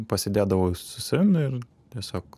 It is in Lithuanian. pasėdėdavau su savim ir tiesiog